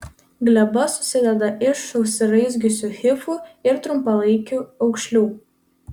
gleba susideda iš susiraizgiusių hifų ir trumpalaikių aukšlių